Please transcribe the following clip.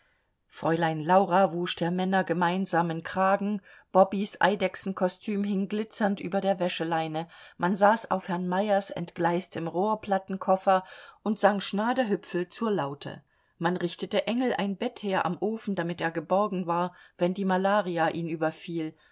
fräulein laura wusch der männer gemeinsamen kragen bobbys eidechsenkostüm hing glitzernd über der wäscheleine man saß auf herrn meyers entgleistem rohrplattenkoffer und sang schnadahüpfl zur laute man richtete engel ein bett her am ofen damit er geborgen war wenn die malaria ihn überfiel